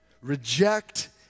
reject